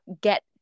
get